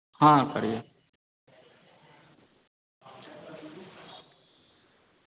हाँ खड़ी है